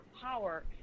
power